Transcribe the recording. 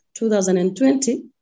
2020